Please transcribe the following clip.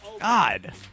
God